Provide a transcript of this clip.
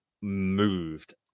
moved